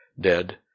dead